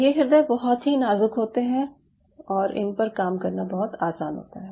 ये हृदय बहुत ही नाज़ुक़ होते हैं और इन पर काम करना बहुत आसान होता है